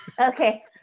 Okay